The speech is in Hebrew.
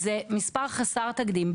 זה מספר חסר תקדים.